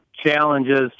challenges